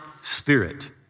spirit